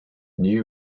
new